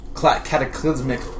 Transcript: cataclysmic